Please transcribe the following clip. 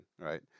right